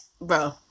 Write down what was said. Bro